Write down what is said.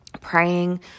praying